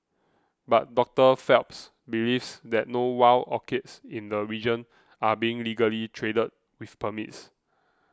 but Doctor Phelps believes that no wild orchids in the region are being legally traded with permits